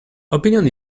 opinion